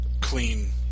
clean